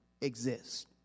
exist